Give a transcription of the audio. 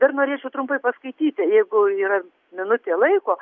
dar norėčiau trumpai paskaityti jeigu yra minutė laiko